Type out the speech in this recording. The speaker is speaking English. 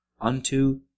unto